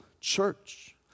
church